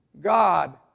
God